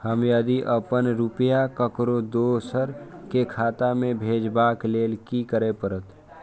हम यदि अपन रुपया ककरो दोसर के खाता में भेजबाक लेल कि करै परत?